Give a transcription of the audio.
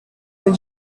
were